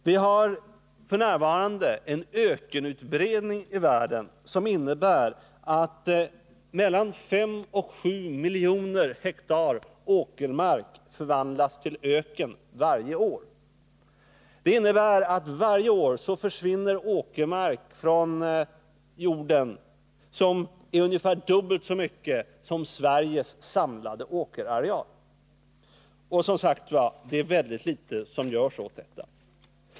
Vi har f.n. en ökenutbredning i världen som innebär att mellan 5 och 7 miljoner hektar åkermark förvandlas till öken varje år. Det innebär att det varje år försvinner dubbelt så mycket åkermark från jorden som Sveriges sammanlagda åkerareal. Och väldigt litet görs åt detta.